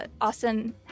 Austin